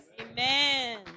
Amen